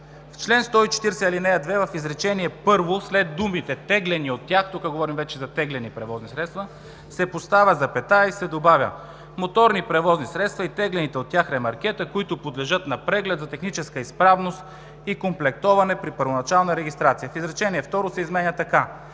„В чл. 140, ал. 2 в изречение първо след думите „теглени от тях“ – тук говорим вече за теглени превозни средства – „се поставя запетая и се добавя „моторни превозни средства и теглените от тях ремаркета, които подлежат на преглед за техническа изправност и комплектоване при първоначална регистрация“. Изречение второ се изменя така: